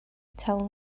tell